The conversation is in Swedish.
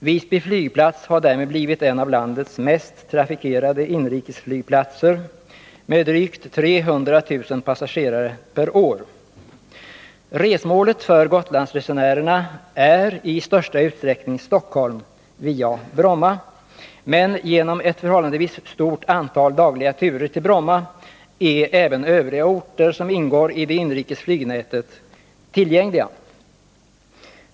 Visby flygplats har därmed blivit en av landets mest trafikerade inrikesflygplatser med drygt 300 000 passagerare per år. Resmålet för Gotlandsresenärerna är oftast Stockholm, via Bromma. Men tack vare ett förhållandevis stort antal dagliga turer till Bromma är även övriga orter, som ingår i det inrikes flygnätet, tillgängliga.